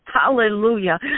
Hallelujah